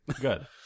Good